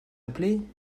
appeler